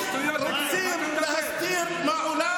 רופא בצנחנים לא אמר זה.